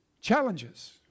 challenges